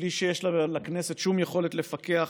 בלי שיש לכנסת שום יכולת לפקח,